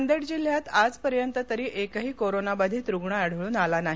नांदेड जिल्ह्यात आज पर्यंत तरी एकही कोरोना बाधीत रूग्ण आढळून आला नाही